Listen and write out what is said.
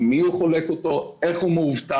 עם מי הוא חולק אותו ואיך הוא מאובטח.